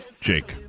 Jake